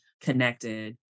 connected